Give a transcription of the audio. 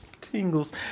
tingles